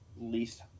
least